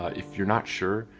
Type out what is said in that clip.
ah if you're not sure,